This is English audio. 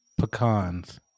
Pecans